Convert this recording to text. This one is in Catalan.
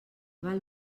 val